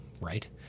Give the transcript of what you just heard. right